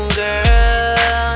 girl